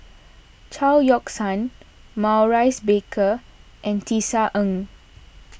Chao Yoke San Maurice Baker and Tisa Ng